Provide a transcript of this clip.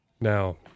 Now